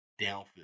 downfield